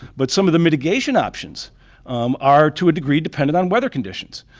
but some of the mitigation options are to a degree dependent on weather conditions.